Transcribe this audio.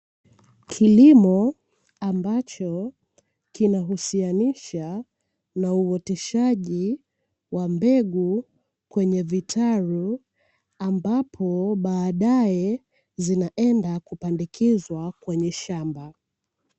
Kilimo ambacho kinahusiana na uoteshaji wa mbegu kwenye vitalu ambapo baadaye zinaenda kupandikizwa kwenye shamba.